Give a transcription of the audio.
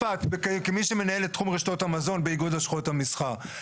כמי שמנהל את תחום רשתות המזון באיגוד לשכות המסחר,